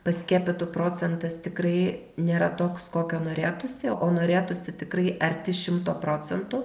paskiepytų procentas tikrai nėra toks kokio norėtųsi o norėtųsi tikrai arti šimto procentų